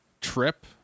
trip